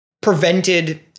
prevented